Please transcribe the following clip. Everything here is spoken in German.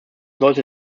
sollte